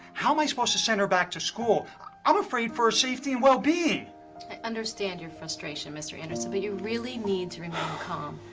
how am i supposed to send her back to school i'm afraid for her safety and well being. i understand you're frustration, mr. anderson, but you really need to remain calm.